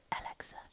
Alexa